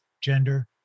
gender